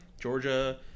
Georgia